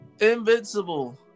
Invincible